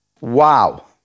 Wow